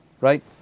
right